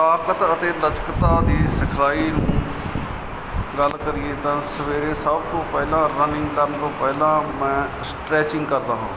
ਤਾਕਤ ਅਤੇ ਲਚਕਤਾ ਦੀ ਸਿਖਾਈ ਗੱਲ ਕਰੀਏ ਤਾਂ ਸਵੇਰੇ ਸਭ ਤੋਂ ਪਹਿਲਾਂ ਰਨਿੰਗ ਕਰਨ ਤੋਂ ਪਹਿਲਾਂ ਮੈਂ ਸਟਰੈਚਿੰਗ ਕਰਦਾ ਹਾਂ